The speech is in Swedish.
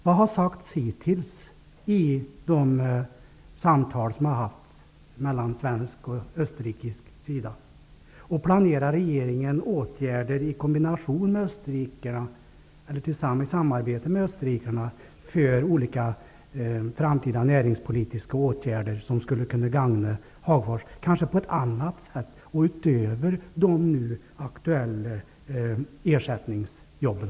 Vad har sagts hittills i de samtal som har förts mellan svenskarna och österrikarna? Planerar regeringen i samarbete med österrikarna för olika framtida näringspolitiska åtgärder som skulle kunna gagna Hagfors, kanske på ett annat sätt och utöver de nu aktuella ersättningsjobben?